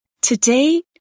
Today